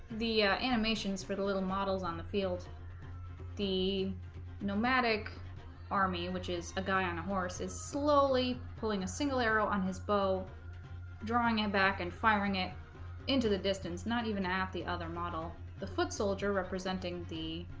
the animations for the little models on the field the nomadic army which is a guy on a horse is slowly pulling a single arrow on his bow drawing it back and firing it into the distance not even half the other model the foot soldier representing the